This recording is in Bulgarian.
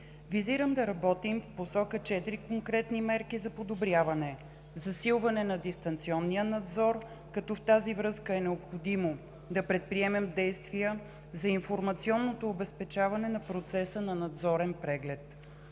Визирам да работим в посока на четири конкретни мерки за подобряване: - засилване на дистанционния надзор, като в тази връзка е необходимо да предприемем действия за информационното обезпечаване на процеса на надзорен преглед;